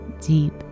deep